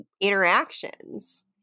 interactions